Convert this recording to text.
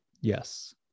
yes